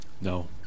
No